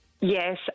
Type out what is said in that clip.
Yes